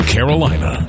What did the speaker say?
Carolina